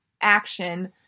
action